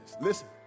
Listen